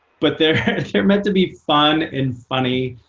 but they're meant to be fun, and funny,